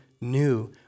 new